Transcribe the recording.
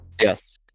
Yes